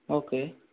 okay